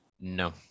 No